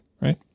right